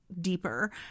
deeper